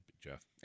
jeff